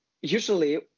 usually